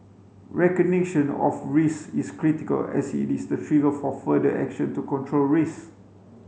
recognition of risks is critical as it is the trigger for further action to control risks